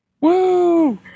Woo